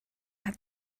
hat